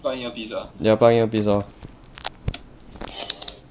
ya plug in earpiece lor